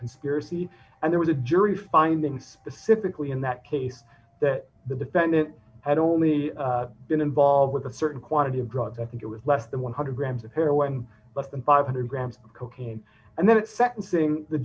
conspiracy and there was a jury finding specifically in that case that the defendant had only been involved with a certain quantity of drugs i think it was less than one hundred grams of heroin but then five hundred grams of cocaine and then sentencing the